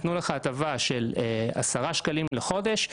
נתנו לך הטבה של 10 שקלים לחודש,